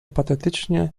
patetycznie